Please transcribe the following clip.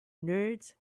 nerds